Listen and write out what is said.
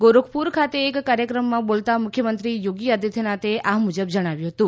ગોરખપુર ખાતે એક કાર્યક્રમમાં બોલતાં મુખ્યમંત્રી યોગિ આદિત્યનાથે આ મુજબ જણાવ્યું હતું